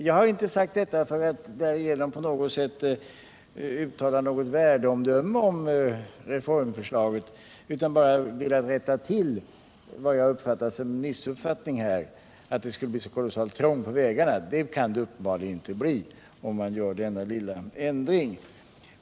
Jag har inte sagt detta för att därigenom på något sätt uttala ett värdeomdöme om reformförslaget utan har bara velat rätta till vad jag uppfattat som ett missförstånd, nämligen att förslaget skulle medföra att det blev trångt på vägarna. Det kan det uppenbarligen inte bli om man genomför denna lilla ändring.